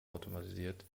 automatisiert